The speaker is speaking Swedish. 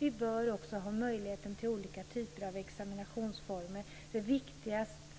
Vi bör också ha möjligheten till olika typer av examinationsformer